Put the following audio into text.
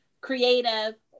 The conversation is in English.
creative